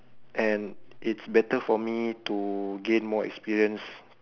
and it's better for me to gain more experience